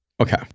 Okay